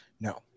No